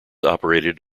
operated